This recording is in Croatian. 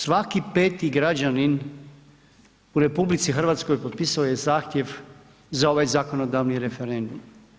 Svaki peti građanin u RH potpisao je zahtjev za ovaj zakonodavni referendum.